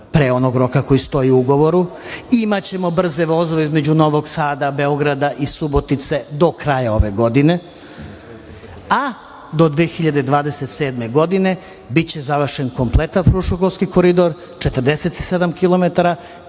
pre onog roka koji stoji u ugovoru. Imaćemo brze vozove između Novog Sada, Beograda i Subotice do kraja ove godine, a do 2027. godine biće završen kompletan Fruškogorski koridor 47